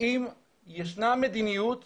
אם ישנה מדיניות שהנהיג,